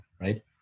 right